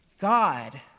God